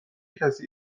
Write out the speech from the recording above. کسی